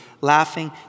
laughing